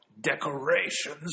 Decorations